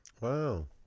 Wow